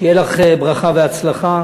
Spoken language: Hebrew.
שיהיה לכם ברכה והצלחה.